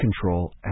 control